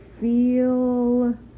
feel